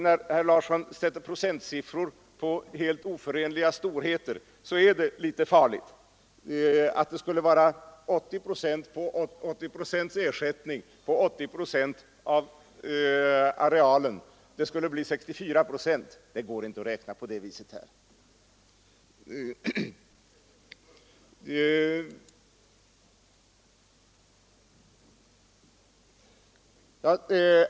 När herr Larsson sätter procentsiffror på helt oförenliga storheter är det litet farligt. 80 procent av arealen och 80 procents ersättning skulle bli 64 procent. Det går inte att räkna på det sättet här.